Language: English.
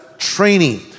training